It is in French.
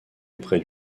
auprès